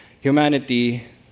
humanity